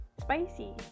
spicy